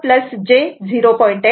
4 j 0